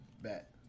Bet